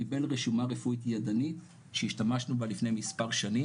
קיבל רשומה רפואית ידנית שהשתמשנו בה לפני מספר שנים